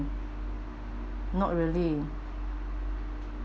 not really